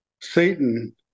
Satan